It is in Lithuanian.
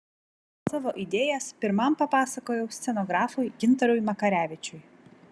savo idėjas pirmam papasakojau scenografui gintarui makarevičiui